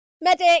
medic